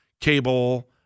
cable